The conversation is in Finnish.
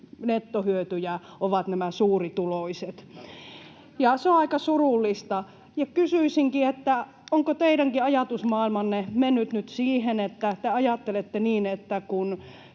nettohyötyjät ovat suurituloiset. Se on aika surullista. Kysyisinkin, onko teidänkin ajatusmaailmanne mennyt nyt siihen, että kun